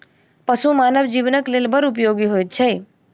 पशु मानव जीवनक लेल बड़ उपयोगी होइत छै